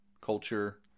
culture